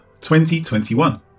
2021